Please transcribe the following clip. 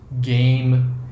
game